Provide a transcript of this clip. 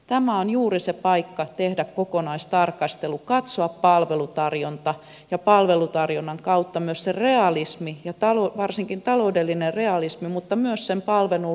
tämä on juuri se paikka tehdä kokonaistarkastelu katsoa palvelutarjonta ja palvelutarjonnan kautta myös se realismi ja varsinkin taloudellinen realismi mutta myös sen palvelun laadun suhteen